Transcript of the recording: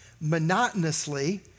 monotonously